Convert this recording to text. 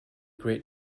great